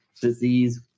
disease